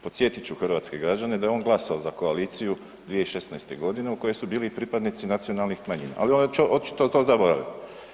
Podsjetit ću hrvatske građene da je on glasovao za koaliciju 2016. godine u kojoj su bili pripadnici nacionalnih manjina, ali on je to očito zaboravio.